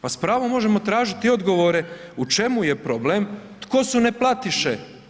Pa s pravom možemo tražiti odgovore, u čemu je problem, tko su neplatiše?